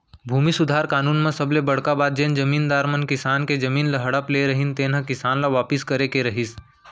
भूमि सुधार कानून म सबले बड़का बात जेन जमींदार मन किसान के जमीन ल हड़प ले रहिन तेन ह किसान ल वापिस करे के रहिस